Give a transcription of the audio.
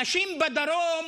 אנשים בדרום